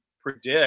predict